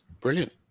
Brilliant